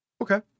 okay